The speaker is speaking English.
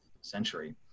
century